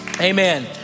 Amen